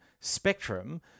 spectrum